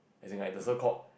as in like the so called